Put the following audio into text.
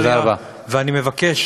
אני מבקש,